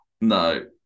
No